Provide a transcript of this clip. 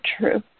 true